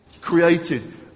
created